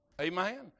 amen